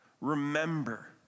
remember